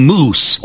Moose